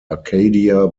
acadia